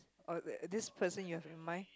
oh this person you have in mind